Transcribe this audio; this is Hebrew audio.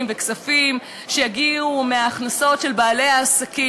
וכספים שיגיעו מההכנסות של בעלי העסקים,